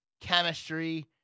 chemistry